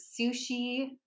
sushi